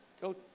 go